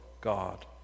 God